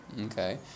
Okay